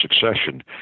succession